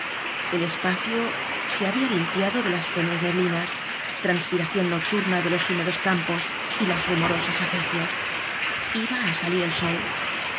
el espacio se había limpiado de las tenues neblinas transpiración nocturna de los húme dos campos y las rumorosas acequias iba á salir el sol